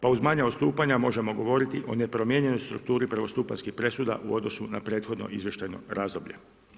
Pa uz manja odstupanja možemo govoriti o nepromijenjenoj strukturi prvostupanjskih presuda u odnosu na prethodno izvještajno razdoblje.